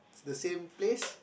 the same place